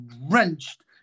wrenched